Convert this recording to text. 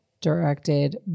directed